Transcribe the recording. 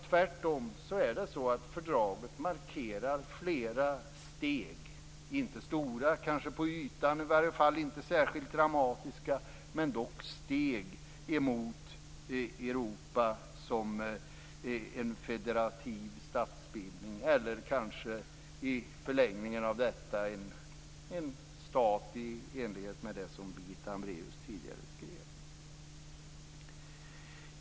Tvärtom markerar fördraget flera steg - kanske inte stora på ytan eller ens särskilt dramatiska, men dock steg - emot Europa som en federativ statsbildning, eller kanske i förlängningen en stat i enlighet med det Birgitta Hambraeus tidigare skrev.